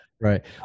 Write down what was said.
Right